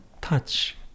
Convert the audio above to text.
touch